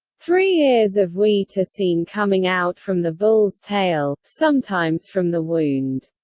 three ears of wheat are seen coming out from the bull's tail, sometimes from the wound.